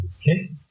Okay